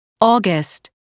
august